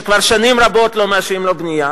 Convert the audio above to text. שכבר שנים רבות לא מאשרים לו בנייה?